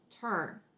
turn